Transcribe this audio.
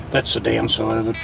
that's the downside of